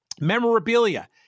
memorabilia